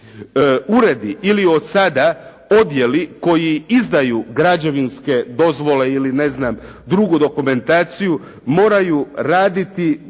uredi ili od sada odjeli koji izdaju građevinske dozvole ili ne znam drugu dokumentaciju moraju raditi da